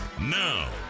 Now